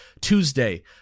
Tuesday